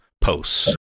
posts